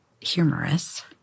humorous